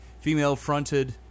female-fronted